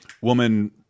woman